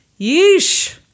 Yeesh